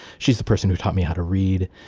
she's the person who taught me how to read.